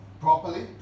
properly